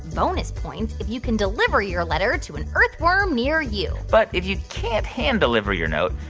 bonus points if you can deliver your letter to an earthworm near you but if you can't hand-deliver your note,